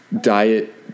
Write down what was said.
diet